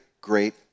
great